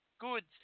goods